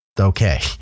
Okay